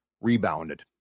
rebounded